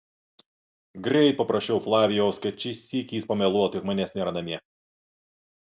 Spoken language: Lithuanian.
greit paprašiau flavijaus kad šį sykį jis pameluotų jog manęs nėra namie